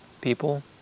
people